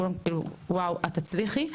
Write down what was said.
כולם כאילו "ואוו את תצליחי,